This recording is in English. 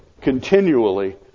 continually